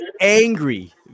angry